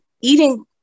eating